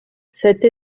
cette